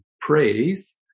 praise